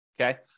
okay